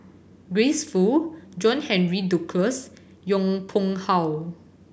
Grace Fu John Henry Duclos Yong Pung How